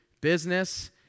business